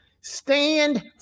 stand